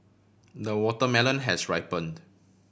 the watermelon has ripened